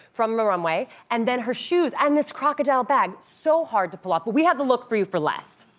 from the runway, and the her shoes, and this crocodile bag. so hard to pull off, but we have the look for you for less.